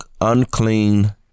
unclean